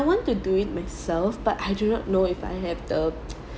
I want to do it myself but I do not know if I have the